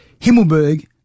Himmelberg